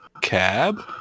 cab